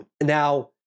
Now